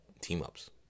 team-ups